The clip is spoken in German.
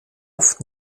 oft